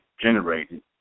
generated